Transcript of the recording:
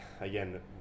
again